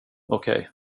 okej